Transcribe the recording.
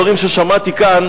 הדברים ששמעתי כאן,